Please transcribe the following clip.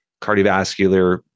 cardiovascular